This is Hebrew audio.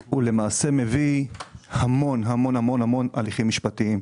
למעשה, להמון הליכים משפטיים.